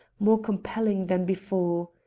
more compelling than before.